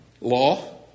Law